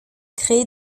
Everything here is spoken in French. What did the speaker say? créé